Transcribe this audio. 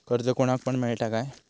कर्ज कोणाक पण मेलता काय?